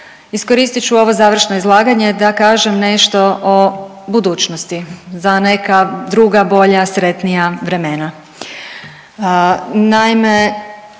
Iskoristit ću ovo završno izlaganje da kažem nešto o budućnosti, za neka druga, bolja i sretnija vremena.